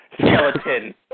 skeleton